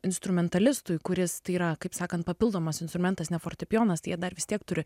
instrumentalistui kuris tai yra kaip sakant papildomas instrumentas ne fortepijonas tai jie dar vis tiek turi